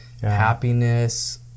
happiness